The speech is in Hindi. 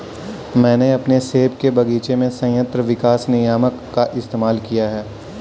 मैंने अपने सेब के बगीचे में संयंत्र विकास नियामक का इस्तेमाल किया है